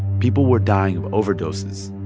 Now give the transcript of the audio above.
people were dying of overdoses,